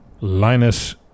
Linus